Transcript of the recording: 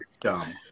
dumb